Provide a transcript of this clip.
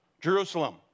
Jerusalem